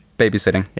babysitting,